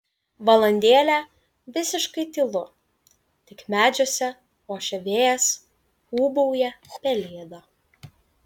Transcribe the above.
valandėlę visiškai tylu tik medžiuose ošia vėjas ūbauja pelėda